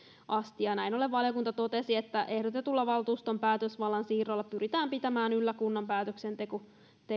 asti näin ollen valiokunta totesi että ehdotetulla valtuuston päätösvallan siirrolla pyritään pitämään yllä kunnan päätöksentekokyky